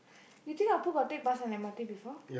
you think Appu got take bus and M_R_T before